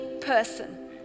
person